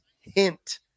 hint